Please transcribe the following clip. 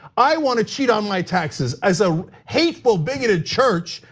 i wanna cheat on my taxes as a hateful, bigoted church,